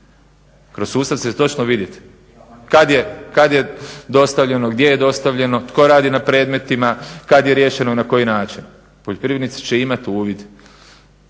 Kroz sustav će se točno vidjeti kada je dostavljeno, gdje je dostavljeno, tko radi na predmetima, kada je riješeno i na koji način. Poljoprivrednici će imati uvid